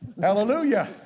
Hallelujah